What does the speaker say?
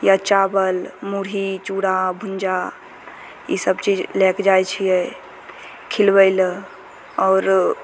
या चावल मुढ़ी चुड़ा भुन्जा ई सब चीज लै के जाइ छियै खिलबै लए आओर